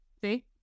see